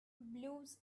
blues